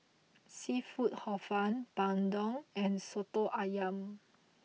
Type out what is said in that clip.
Seafood Hor Fun Bandung and Soto Ayam